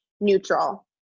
neutral